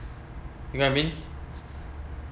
you get I mean